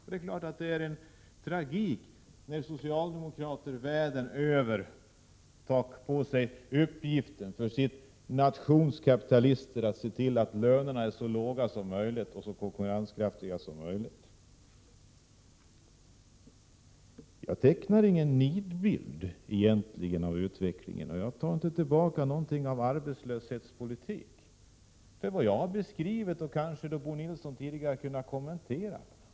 Det ligger en tragik i att socialdemokrater världen över tar på sig uppgiften för sin nations kapitalister att se till att lönerna är så låga och konkurrenskraftiga som möjligt. Nej, jag tecknar ingen nidbild av utvecklingen, och jag tar inte tillbaka någonting av vad jag sade om arbetslöshetspolitik. Vad jag har beskrivit hade Bo Nilsson tidigare kunnat kommentera.